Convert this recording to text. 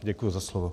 Děkuji za slovo.